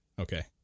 Okay